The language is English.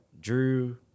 Drew